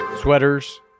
sweaters